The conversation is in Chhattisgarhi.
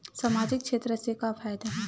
सामजिक क्षेत्र से का फ़ायदा हे?